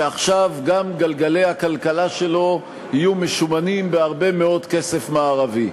שעכשיו גם גלגלי הכלכלה שלו יהיו משומנים בהרבה מאוד כסף מערבי.